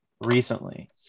recently